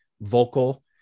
vocal